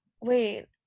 wait